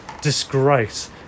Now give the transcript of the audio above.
disgrace